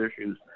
issues